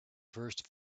first